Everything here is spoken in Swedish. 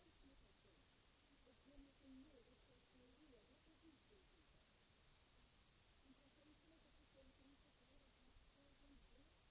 Man kan hålla på hur länge som helst utan att lyckas, om man inte får patienten ur detta tillstånd.